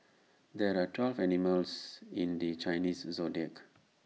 there are twelve animals in the Chinese Zodiac